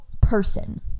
person